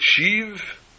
achieve